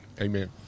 amen